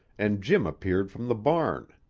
and jim appeared from the barn.